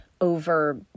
over